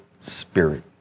spirit